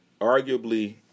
arguably